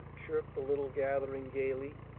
chirped the little gathering gayly.